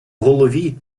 голові